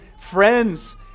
friends